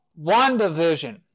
WandaVision